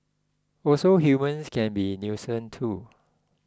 also humans can be nuisance too